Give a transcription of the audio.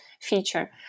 feature